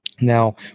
Now